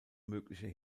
mögliche